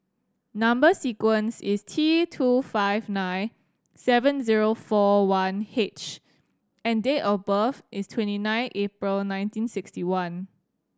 number sequence is T two five nine seven zero four one H and date of birth is twenty nine April nineteen sixty one